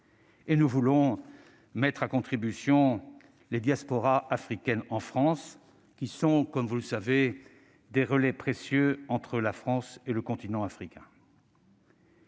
Nous voulons mettre à contribution les diasporas africaines en France, qui sont des relais précieux entre la France et le continent africain.